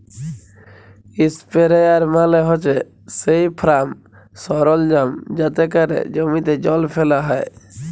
ইসপেরেয়ার মালে হছে সেই ফার্ম সরলজাম যাতে ক্যরে জমিতে জল ফ্যালা হ্যয়